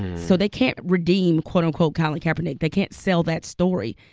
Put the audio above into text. so they can't redeem, quote, unquote, colin kaepernick. they can't sell that story.